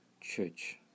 church